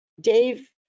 Dave